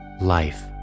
Life